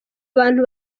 abantu